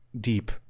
deep